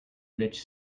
rich